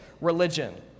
religion